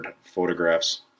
photographs